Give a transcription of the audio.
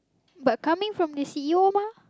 but coming from the C_E_O mah